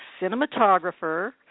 cinematographer